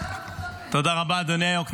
תודה רבה, אדוני היו"ר.